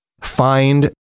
find